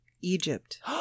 Egypt